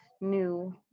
new